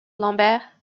lambert